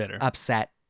upset